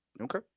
Okay